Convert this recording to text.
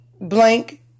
blank